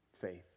faith